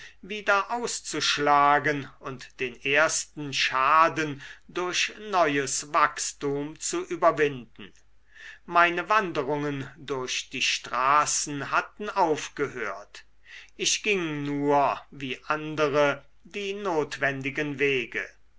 wieder auszuschlagen und den ersten schaden durch neues wachstum zu überwinden meine wanderungen durch die straßen hatten aufgehört ich ging nur wie andere die notwendigen wege